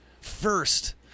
first